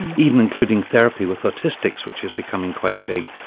even including therapy with autistics which is becoming quite big.